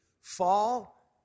fall